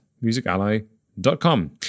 musically.com